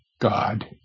God